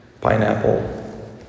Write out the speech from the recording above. pineapple